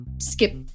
skip